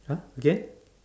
!huh! again